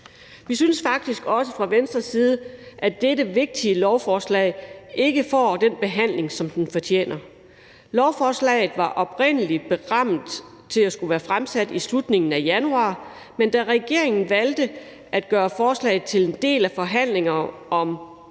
Vi synes faktisk også fra Venstre side, at dette vigtige lovforslag ikke får den behandling, som det fortjener. Lovforslagets fremsættelse var oprindelig berammet til slutningen af januar, men da regeringen valgte at gøre forslaget til en del af forhandlingerne om